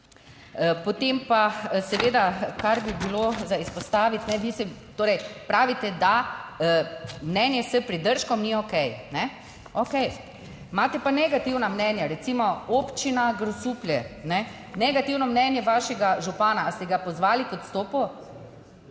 Potem pa seveda, kar bi bilo za izpostaviti, vi torej pravite, da mnenje s pridržkom ni okej. Okej, imate pa negativna mnenja, recimo Občina Grosuplje, negativno mnenje vašega župana. Ali ste ga pozvali k odstopu?